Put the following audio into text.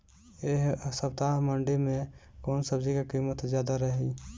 एह सप्ताह मंडी में कउन सब्जी के कीमत ज्यादा रहे?